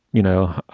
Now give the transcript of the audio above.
you know,